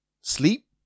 sleep